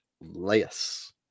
less